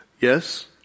Yes